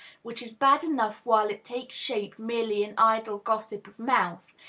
which is bad enough while it takes shape merely in idle gossip of mouth,